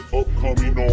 upcoming